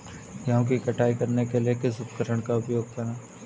गेहूँ की कटाई करने के लिए किस उपकरण का उपयोग करें?